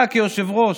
אתה, כיושב-ראש,